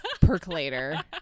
percolator